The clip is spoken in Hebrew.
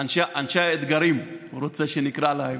"אנשי האתגרים", הוא רוצה שנקרא להם.